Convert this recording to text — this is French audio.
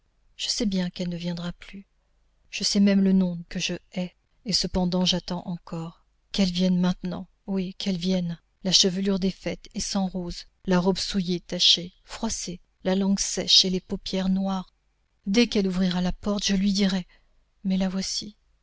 je sais bien qu'elle ne viendra plus je sais même le nom que je hais et cependant j'attends encore qu'elle vienne maintenant oui qu'elle vienne la chevelure défaite et sans roses la robe souillée tachée froissée la langue sèche et les paupières noires dès qu'elle ouvrira la porte je lui dirai mais la voici